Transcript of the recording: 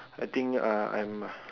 I think uh I'm